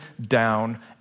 down